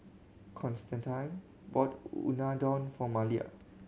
Constantine bought Unadon for Malia